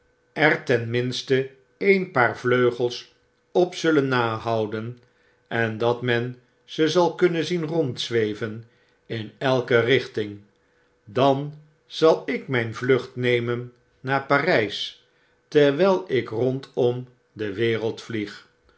er ten minste eenpaarvleugels op zullen nahouden en dat men ze zal kunnen zien rondzweven in elke richting dan zal ik mfln vlucht nemen naar parijs terwjjl ik rondom de wereld vlieg